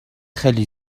خیلی